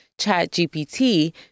ChatGPT